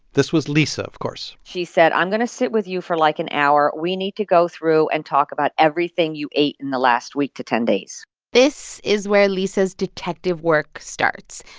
this was lisa of course she said, i'm going to sit with you for, like, an hour. we need to go through and talk about everything you ate in the last week to ten days this is where lisa's detective work starts.